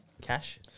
cash